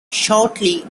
shortly